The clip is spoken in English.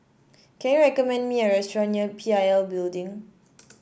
can you recommend me a restaurant near P I L Building